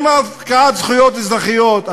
עם הפקעת זכויות אזרחיות.